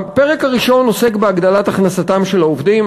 הפרק הראשון עוסק בהגדלת הכנסתם של העובדים.